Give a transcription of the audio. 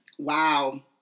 wow